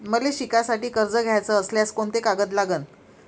मले शिकासाठी कर्ज घ्याचं असल्यास कोंते कागद लागन?